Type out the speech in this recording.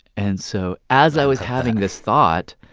and so as i was having this thought,